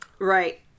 Right